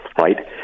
Right